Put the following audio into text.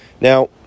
Now